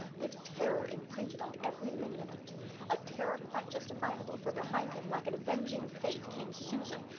with terror imprinted on every lineament a terror quite justifiable, for behind him, like an avenging fate, came susan,